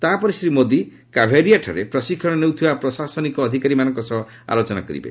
ତା'ପରେ ଶ୍ରୀ ମୋଦି କାଭେରିଆଠାରେ ପ୍ରଶିକ୍ଷଣ ନେଉଥିବା ପ୍ରଶାସନିକ ଅଧିକାରୀମାନଙ୍କ ସହ ଆଲୋଚନା କରିବେ